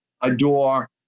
adore